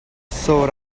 sore